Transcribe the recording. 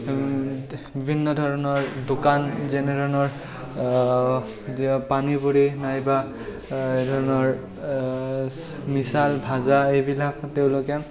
বিভিন্ন ধৰণৰ দোকান যেনে ধৰণৰ এতিয়া পানীপুৰি নাইবা এইধৰণৰ মিছাল ভাজা এইবিলাক তেওঁলোকে